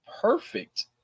perfect